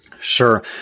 Sure